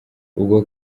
ubwo